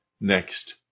next